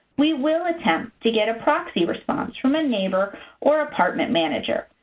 we will attempt to get a proxy response from a neighbor or apartment manager,